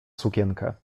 sukienkę